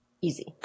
easy